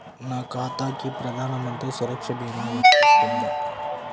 నా ఖాతాకి ప్రధాన మంత్రి సురక్ష భీమా వర్తిస్తుందా?